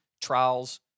trials